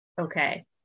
Okay